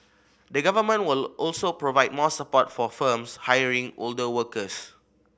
the Government will also provide more support for firms hiring older workers